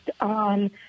on